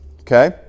Okay